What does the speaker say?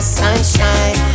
sunshine